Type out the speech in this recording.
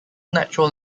natural